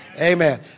Amen